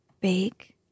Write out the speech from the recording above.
Bake